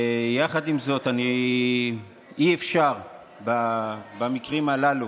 יחד עם זאת, אי-אפשר במקרים הללו